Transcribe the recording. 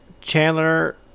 Chandler